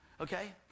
okay